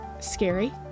scary